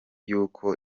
yuko